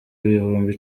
ibihumbi